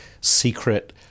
secret